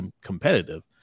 competitive